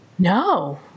No